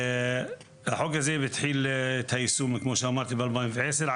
החוק הזה התחיל את היישום כמו שאמרתי, ב-2010.